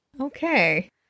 Okay